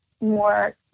more